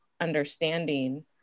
understanding